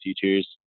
teachers